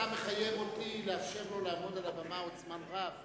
אתה מחייב אותי לאפשר לו לעמוד על הבמה עוד זמן רב.